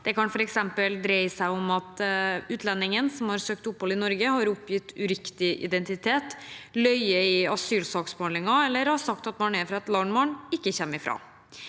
Det kan f.eks. dreie seg om at utlendingen som har søkt opphold i Norge, har oppgitt uriktig identitet, har løyet i asylsaksbehandlingen eller sagt at man er fra et land man ikke kommer ifra.